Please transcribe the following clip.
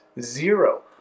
zero